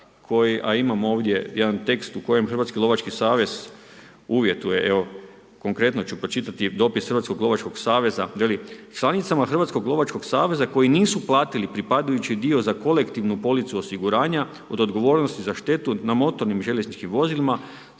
a imam ovdje jedan tekst u kojem Hrvatski lovački savez uvjetuje, evo, konkretno ću pročitati dopis Hrvatskog lovačkog saveza, veli, članicama Hrvatskog lovačkog saveza koji nisu platiti pripadajući dio za kolektivnu policu osiguranja od odgojnosti za štetu na motornim željezničkim vozilima,